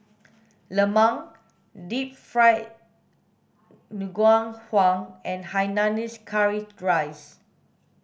lemang deep fried ngoh hiang and hainanese curry rice